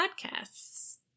Podcasts